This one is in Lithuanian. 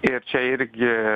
ir čia irgi